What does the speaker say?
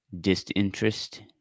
disinterest